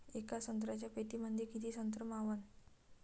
येका संत्र्याच्या पेटीमंदी किती संत्र मावन?